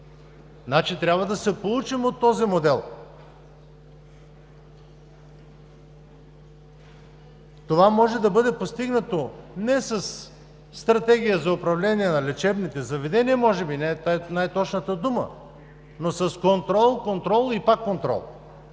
трябва да се поучим от този модел! Това може да бъде постигнато не със стратегия за управление на лечебните заведения, може би това не е най-точната дума, но с контрол, контрол и пак контрол